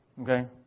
Okay